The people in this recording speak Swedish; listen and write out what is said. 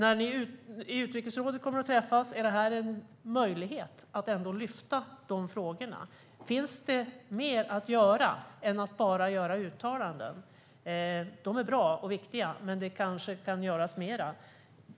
Är det möjligt att ändå lyfta dessa frågor när utrikesrådet träffas? Finns det mer att göra än bara uttalanden? De är bra och viktiga, men det kanske kan göras mer.